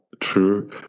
true